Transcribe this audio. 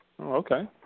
Okay